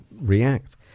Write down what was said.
react